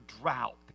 drought